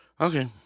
Okay